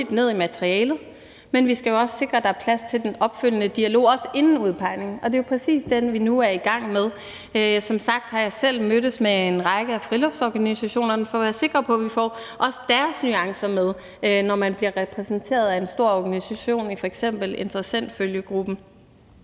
dels sikre, at der er plads til den opfølgende dialog også inden udpegningen. Det er præcis den, vi nu er i gang med. Som sagt har jeg selv mødtes med en række af friluftsorganisationerne for at være sikker på, at vi også får deres nuancer med, når de bliver repræsenteret af en stor organisation i f.eks. interessentfølgegruppen.